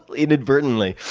inadvertently.